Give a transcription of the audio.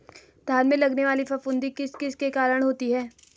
धान में लगने वाली फफूंदी किस किस के कारण होती है?